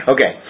Okay